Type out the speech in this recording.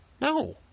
no